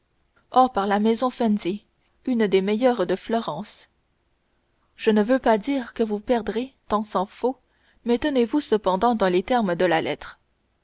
oh par la maison fenzi une des meilleures de florence je ne veux pas dire que vous perdrez tant s'en faut mais tenez-vous cependant dans les termes de la lettre